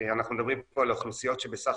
כשאנחנו מדברים פה על אוכלוסיות שבסך